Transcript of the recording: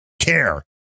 care